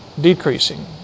decreasing